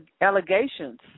allegations